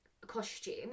costume